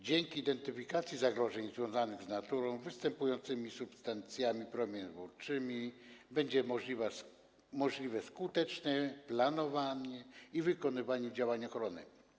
Dzięki identyfikacji zagrożeń związanych z naturalnie występującymi substancjami promieniotwórczymi będzie możliwe skuteczne planowanie i wykonywanie działań ochronnych.